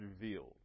revealed